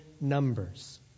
numbers